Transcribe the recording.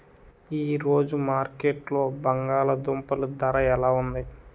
ఈ రోజు మార్కెట్లో బంగాళ దుంపలు ధర ఎలా ఉంది?